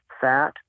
fat